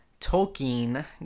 tolkien